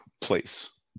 place